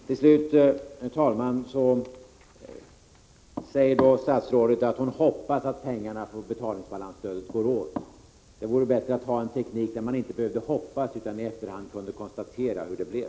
Till slut, herr talman, säger statsrådet att hon hoppas att pengarna för betalningsbalansstödet går åt. Det vore bättre att ha en teknik, där man inte behövde hoppas utan där man i efterhand kunde konstatera hur det blev.